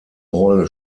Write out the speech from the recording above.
rolle